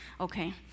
okay